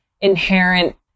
inherent